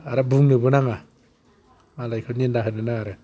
आरो बुंनोबो नाङा मालायखौ निन्दा होनो नाङा आरो